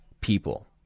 people